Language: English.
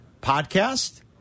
podcast